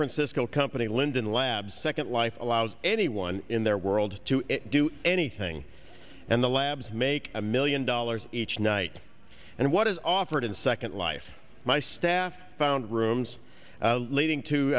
francisco company linden lab second life allows anyone in their world to do anything and the labs make a million dollars each night and what is offered in second life my staff found rooms leading t